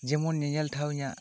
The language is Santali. ᱡᱮᱢᱚᱱ ᱧᱮᱧᱮᱞ ᱴᱷᱟᱶ ᱤᱧᱟᱹᱜ